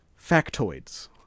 factoids